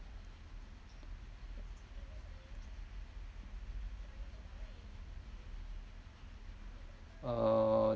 err